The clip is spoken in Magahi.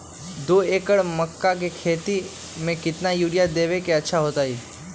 दो एकड़ मकई के खेती म केतना यूरिया देब त अच्छा होतई?